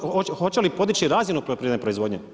Hoće li podići razinu poljoprivredne proizvodnje?